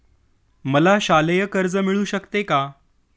मला शालेय कर्ज मिळू शकते का?